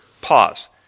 Pause